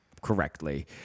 correctly